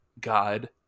god